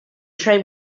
train